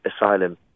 asylum